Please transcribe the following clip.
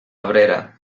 abrera